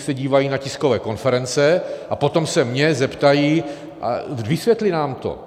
Oni se dívají na tiskové konference a potom se mě zeptají: a vysvětli nám to.